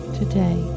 today